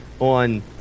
on